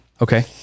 okay